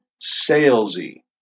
salesy